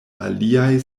aliaj